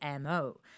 MO